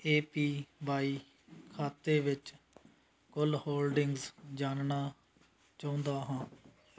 ਏ P Y ਖਾਤੇ ਵਿੱਚ ਕੁੱਲ ਹੋਲਡਿੰਗਜ਼ ਜਾਣਨਾ ਚਾਹੁੰਦਾ ਹਾਂ